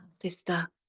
sister